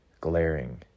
glaring